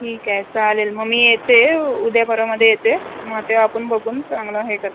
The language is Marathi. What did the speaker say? ठीक आहे चालेल मग मी येते उद्या परवामध्ये येते मग तेव्हा आपण बघून चांगला हे करू